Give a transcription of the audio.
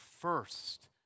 first